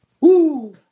Woo